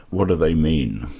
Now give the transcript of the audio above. what do they mean?